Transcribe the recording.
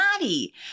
body